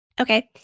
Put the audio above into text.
Okay